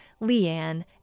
Leanne